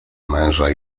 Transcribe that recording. męża